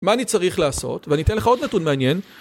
מה אני צריך לעשות ואני אתן לך עוד נתון מעניין